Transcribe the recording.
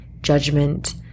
judgment